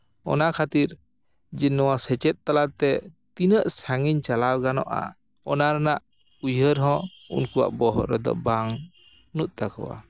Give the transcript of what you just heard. ᱚᱱᱟ ᱠᱷᱟᱹᱛᱤᱨ ᱱᱚᱣᱟ ᱥᱮᱪᱮᱫ ᱛᱟᱞᱟᱛᱮ ᱛᱤᱱᱟᱹᱜ ᱥᱟᱺᱜᱤᱧ ᱪᱟᱞᱟᱣ ᱜᱟᱱᱚᱜᱼᱟ ᱚᱱᱟ ᱨᱮᱱᱟᱜ ᱩᱭᱦᱟᱹᱨ ᱦᱚᱸ ᱩᱱᱠᱩᱣᱟᱜ ᱵᱚᱦᱚᱜ ᱨᱮᱫᱚ ᱵᱟᱹᱱᱩᱜ ᱛᱟᱠᱚᱣᱟ